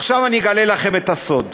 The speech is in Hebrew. עכשיו אני אגלה לכם את הסוד,